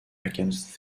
against